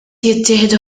jittieħdu